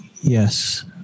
Yes